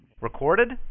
Recorded